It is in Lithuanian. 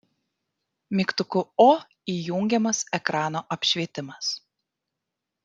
mygtuku o įjungiamas ekrano apšvietimas